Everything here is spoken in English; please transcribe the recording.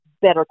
better